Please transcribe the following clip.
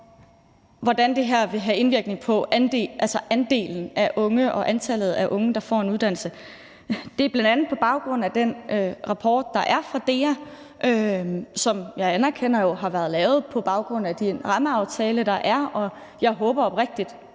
hvordan det her vil have indvirkning på andelen af unge og antallet af unge, der får en uddannelse, er bl.a. på baggrund af den rapport, der er fra DEA, som jeg anerkender har været lavet på baggrund af den rammeaftale, der er, og jeg håber oprigtigt,